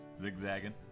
Zigzagging